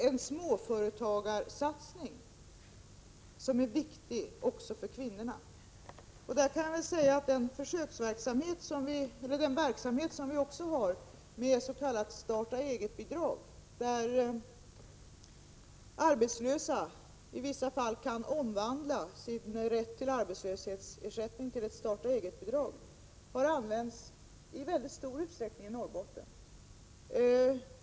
En småföretagarsatsning är viktig också för kvinnorna. I detta sammanhang kan jag säga att den verksamhet som vi bedriver med s.k. starta-eget-bidrag — arbetslösa kan alltså i vissa fall omvandla sin arbetslöshetsersättning till ett starta-eget-bidrag — har förekommit i väldigt stor utsträckning i Norrbotten.